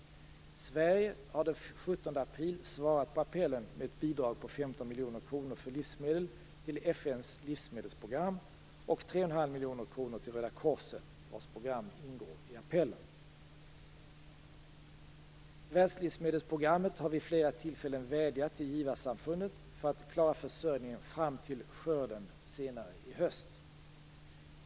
Sverige har den 17 april svarat på appellen med ett bidrag på 15 miljoner kronor för livsmedel till Världslivsmedelsprogrammet har vid flera tillfällen vädjat till givarsamfundet för att klara försörjningen fram till skörden senare i höst.